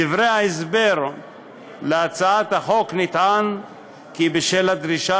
בדברי ההסבר להצעת החוק נטען כי בשל הדרישה